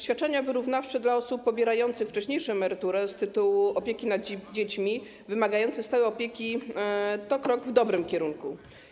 Świadczenia wyrównawcze dla osób pobierających wcześniejszą emeryturę z tytułu opieki nad dziećmi wymagającymi stałej opieki to krok w dobrym kierunku.